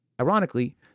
Ironically